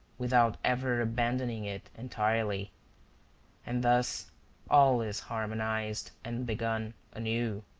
without ever abandoning it entirely and thus all is harmonized and begun anew.